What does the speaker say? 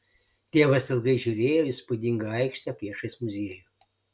tėvas ilgai žiūrėjo į įspūdingą aikštę priešais muziejų